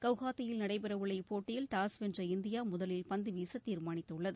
கவுகாத்தியில் நடைபெறவுள்ள இப்போட்டியில் டாஸ் வென்ற இந்தியா முதலில் பந்து வீச தீர்மானித்துள்ளது